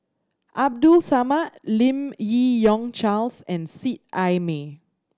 Abdul Samad Lim Yi Yong Charles and Seet Ai Mee